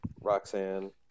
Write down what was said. Roxanne